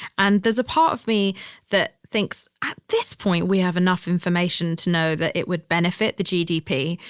and there's a part of me that thinks at this point we have enough information to know that it would benefit the gdp.